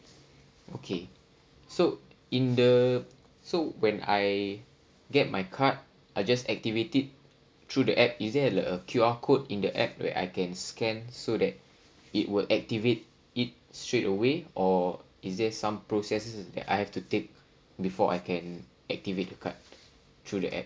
okay so in the so when I get my card I just activate it through the app is there like a Q_R code in the app where I can scan so that it will activate it straight away or is there some process that I have to take before I can activate the card through the app